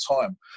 time